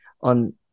on